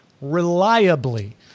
reliably